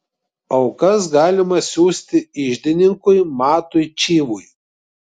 aukas galima siųsti iždininkui matui čyvui